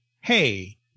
hey